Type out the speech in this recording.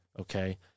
okay